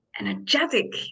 energetic